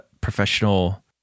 professional